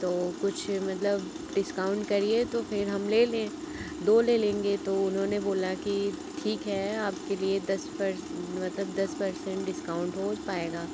तो कुछ मतलब डिस्काउन्ट करिए तो फिर हम ले लें दो ले लेंगे तो उन्होंने बोला कि ठीक है आपके लिए दस पर मतलब दस पर्सेन्ट डिस्काउन्ट हो पाएगा